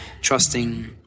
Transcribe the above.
trusting